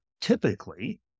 typically